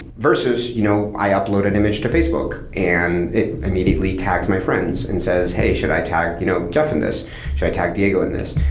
versus you know i upload an image to facebook and it immediately tags my friends and says, hey, should i tag you know jeff in this? should i tag diego on this?